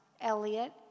Elliot